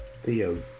Theo